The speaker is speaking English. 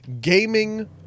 gaming